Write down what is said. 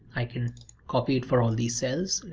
i can copy it for all these cells,